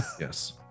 Yes